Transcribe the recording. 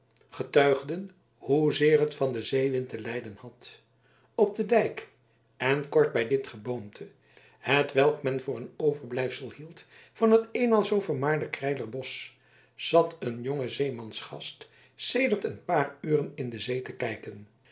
getuigden hoezeer het van den zeewind te lijden had op den dijk en kort bij dit geboomte hetwelk men voor een overblijfsel hield van het eenmaal zoo vermaarde kreiler bosch zat een jonge zeemansgast sedert een paar uren in de zee te kijken